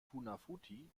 funafuti